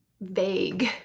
vague